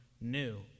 new